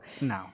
No